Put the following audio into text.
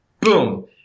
Boom